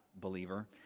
believer